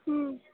ம்